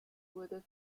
wurde